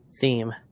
theme